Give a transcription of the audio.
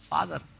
Father